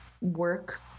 work